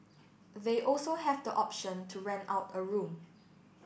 they also have the option to rent out a room